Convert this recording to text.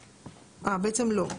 אה, בעצם לא.